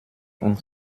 und